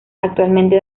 actualmente